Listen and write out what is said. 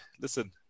listen